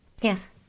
Yes